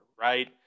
right